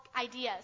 ideas